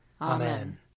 Amen